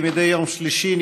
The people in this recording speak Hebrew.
כמדי יום שלישי,